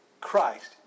Christ